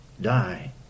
die